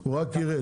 הוא רק ירד.